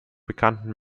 bekannten